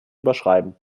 überschreiben